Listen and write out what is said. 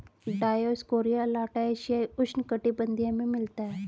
Dioscorea alata एशियाई उष्णकटिबंधीय में मिलता है